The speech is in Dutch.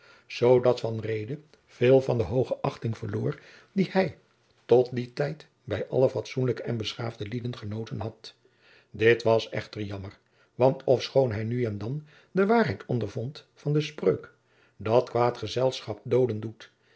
veel van de hooge achting verloor die hij tot dien tijd bij alle fatsoenlijke en beschaafde lieden genoten had dit was echter jammer want ofschoon hij nu en dan de waarheid ondervond van de spreuk dat kwaad gezelschap doolen doet